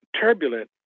turbulent